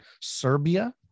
serbia